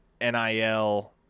NIL